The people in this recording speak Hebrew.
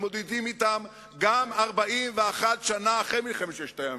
מתמודדים אתן גם 41 שנה אחרי מלחמת ששת הימים.